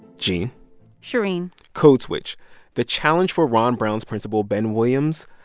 gene shereen code switch the challenge for ron brown's principal, ben williams,